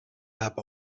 habe